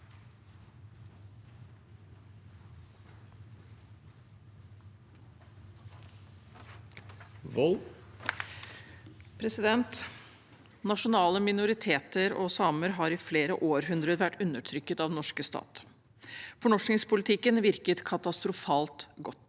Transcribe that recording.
(SV) Nasjonale minoriteter og samer har i flere århundrer vært undertrykt av den norske stat. Fornorskningspolitikken virket katastrofalt godt.